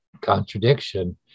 contradiction